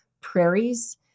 prairies